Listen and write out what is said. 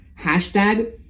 Hashtag